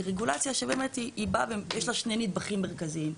היא רגולציה שיש לה שני נדבכים מרכזיים.